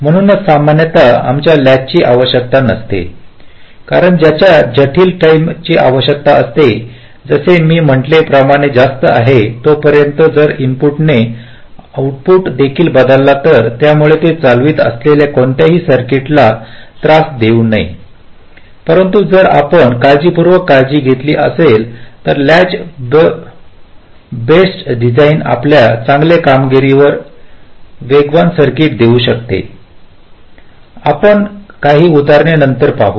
म्हणूनच सामान्यत आम्हाला आमच्या लॅचची आवश्यकता नसते कारण त्यांच्या जटिल टाईमची आवश्यकता असते जसे की मी म्हटल्या प्रमाणे जास्त आहे तोपर्यंत जर इनपुटने आऊटपुट देखील बदलला तर यामुळे ते चालवित असलेल्या कोणत्याही सर्किटला त्रास देऊ नये परंतु जर आपण काळजीपूर्वक काळजी घेत असाल तर लॅच बेस्ड डिझाइन आपल्याला चांगले कामगिरी वेगवान सर्किट देऊ शकते आपण काही उदाहरणे नंतर पाहू